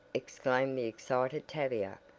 exclaimed the excited tavia,